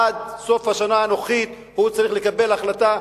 ועד סוף השנה הנוכחית הוא צריך לקבל החלטה.